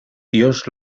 dios